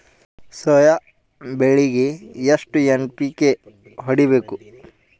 Soya ಬೆಳಿಗಿ ಎಷ್ಟು NPK ಹೊಡಿಬೇಕು?